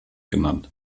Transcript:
genannt